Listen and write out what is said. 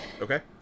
Okay